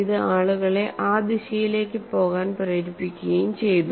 ഇത് ആളുകളെ ആ ദിശയിലേക്ക് പോകാൻ പ്രേരിപ്പിക്കുകയും ചെയ്തു